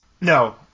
No